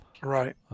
Right